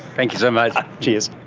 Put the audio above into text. thank you so much. cheers.